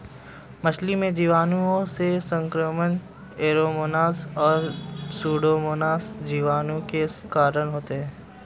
मछली में जीवाणुओं से संक्रमण ऐरोमोनास और सुडोमोनास जीवाणु के कारण होते हैं